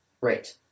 Right